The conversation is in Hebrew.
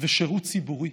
ושירות ציבורי,